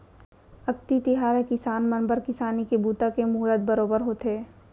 अक्ती तिहार ह किसान मन बर किसानी के बूता के मुहरत बरोबर होथे